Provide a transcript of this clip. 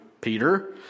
Peter